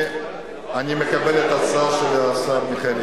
אני מקבל את ההצעה של השר מיכאל איתן.